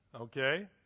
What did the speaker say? Okay